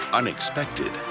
unexpected